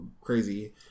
crazy